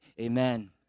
amen